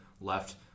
left